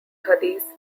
hadith